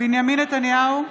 בנימין נתניהו,